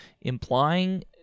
implying